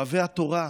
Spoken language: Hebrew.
אוהבי התורה,